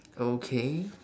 okay